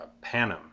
Panem